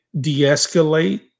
de-escalate